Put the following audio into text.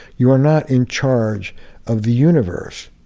you are not in charge of the universe,